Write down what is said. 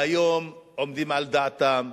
והיום עומדים על דעתם,